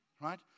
right